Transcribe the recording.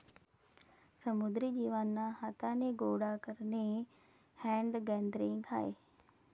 समुद्री जीवांना हाथाने गोडा करणे हैंड गैदरिंग आहे